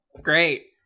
great